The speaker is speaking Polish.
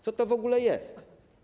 Co to w ogóle jest?